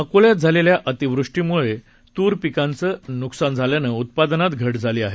अकोल्यात झालेल्या अतिवृष्टीमुळे तूर पिकाचं नुकसान झाल्यानं उत्पादनात घट झाली आहे